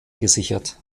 gesichert